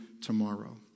tomorrow